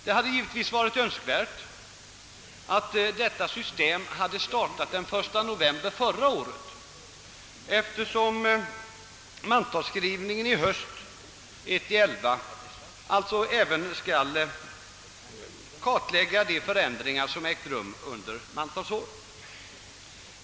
Det hade givetvis varit önskvärt att detta system gällt fr.o.m. den 1 november förra året, eftersom det vid mantalsskrivningen i höst skall tas hänsyn till förändringar som ägt rum från föregående mantalsskrivning.